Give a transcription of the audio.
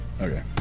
okay